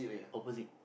opposite